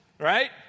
right